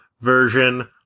version